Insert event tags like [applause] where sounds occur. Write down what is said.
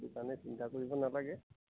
[unintelligible] চিন্তা কৰিব নালাগে